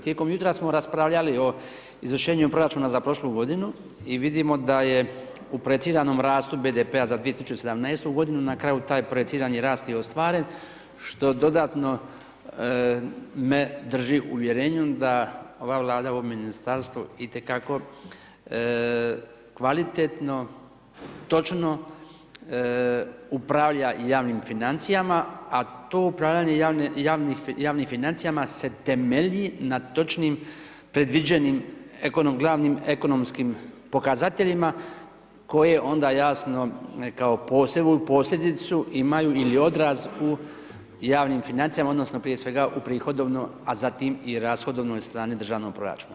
Tijekom jutra smo raspravljali o izvršenju proračuna za prošlu godinu i vidimo da je u projiciranom rastu BDP-a za 2017. godinu na kraju taj projicirani rast i ostvaren što dodatno me drži u uvjerenju da ova Vlada, ovo ministarstvo i te kako kvalitetno, točno upravlja javnim financijama a to upravljanje javnim financijama se temelji na točnim predviđenim glavnim ekonomskim pokazateljima koje onda jasno kao posljedicu imaju ili odraz u javnim financijama odnosno prije svega u prihodovnoj a zatim rashodovnoj strani Državnog proračuna.